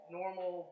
normal